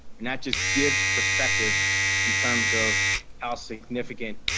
and that just gives perspective in terms of how significant